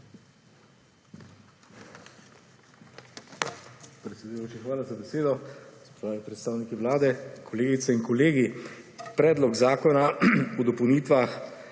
hvala za besedo.